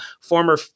former